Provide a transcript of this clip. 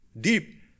deep